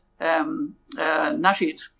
Nasheed